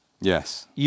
Yes